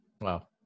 wow